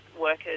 workers